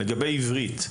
לגבי עברית,